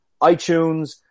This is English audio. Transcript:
iTunes